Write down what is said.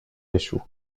échoue